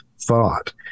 thought